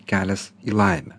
kelias į laimę